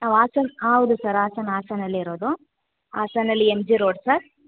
ನಾವು ಹಾಸನ ಹಾಂ ಹೌದು ಸರ್ ಹಾಸನ ಹಾಸನದಲ್ಲೇ ಇರೋದು ಹಾಸನದಲ್ಲಿ ಎಮ್ ಜಿ ರೋಡ್ ಸರ್